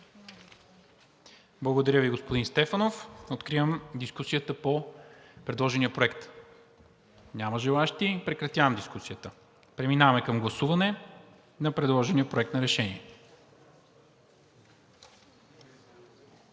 Благодаря Ви, господин Стефанов. Откривам дискусията по предложения проект. Няма желаещи. Прекратявам дискусията. Преминаваме към гласуване на предложения проект за решение.